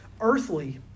earthly